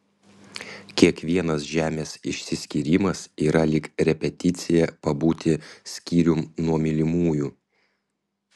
kiekvienas žemės išsiskyrimas yra lyg repeticija pabūti skyrium nuo mylimųjų